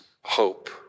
hope